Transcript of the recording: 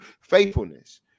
Faithfulness